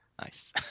Nice